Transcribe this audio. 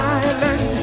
island